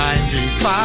95